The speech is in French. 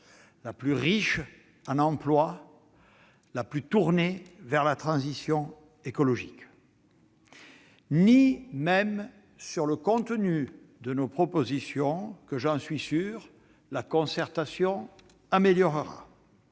la plus riche en emplois, la plus tournée vers la transition écologique -, ni sur le contenu de nos propositions que la concertation améliorera,